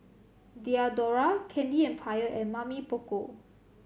Diadora Candy Empire and Mamy Poko